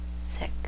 Sick